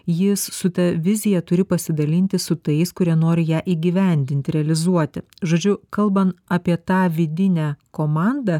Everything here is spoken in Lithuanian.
jis su ta vizija turi pasidalinti su tais kurie nori ją įgyvendinti realizuoti žodžiu kalban apie tą vidinę komandą